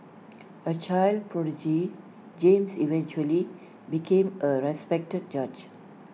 A child prodigy James eventually became A respected judge